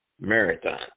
Marathon